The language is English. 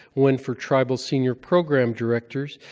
one for tribal senior program directors,